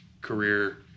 career